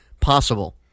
possible